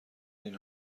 این